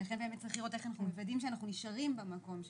ולכן באמת צריך לראות איך אנחנו מוודאים שאנחנו נשארים במקום הזה,